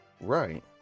Right